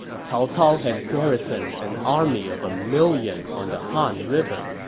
cao cao has garrisoned an army of a million on the han river.